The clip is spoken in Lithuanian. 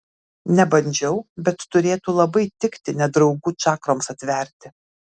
nebandžiau bet turėtų labai tikti nedraugų čakroms atverti